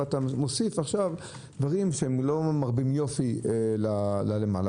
ואתה מוסיף עכשיו דברים שלא מרבים יופי למעלה,